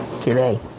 Today